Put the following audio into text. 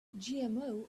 gmo